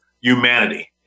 humanity